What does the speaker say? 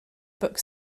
book